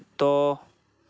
ᱛᱚ